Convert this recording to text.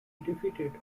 defeated